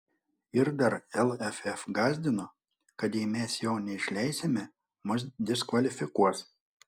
ir dar lff gąsdino kad jei mes jo neišleisime mus diskvalifikuos